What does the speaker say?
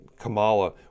Kamala